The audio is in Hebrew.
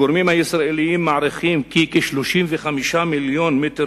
הגורמים הישראליים מעריכים כי כ-35 מיליון מטרים